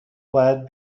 باید